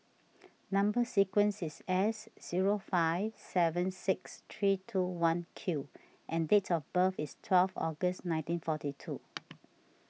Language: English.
Number Sequence is S zero five seven six three two one Q and date of birth is twelve August nineteen forty two